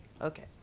Okay